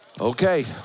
Okay